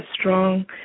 strong